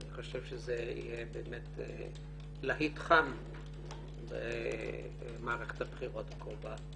אני חושב שזה באמת יהיה להיט חם במערכת הבחירות הקרובה.